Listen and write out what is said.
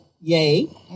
Yay